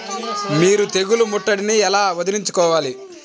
మీరు తెగులు ముట్టడిని ఎలా వదిలించుకోవాలి?